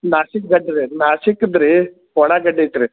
ನಾಸಿಕ್ದ ಗಡ್ಡಿ ಅದಾವ ರೀ ನಾಸಿಕ್ದ ರೀ ಒಣಗಡ್ಡಿ ಐತ್ರಿ